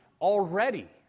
already